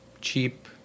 cheap